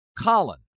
Colin